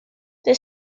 the